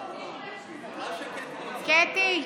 מה שקטי רוצה.